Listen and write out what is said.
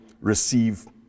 receive